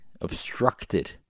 obstructed